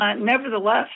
Nevertheless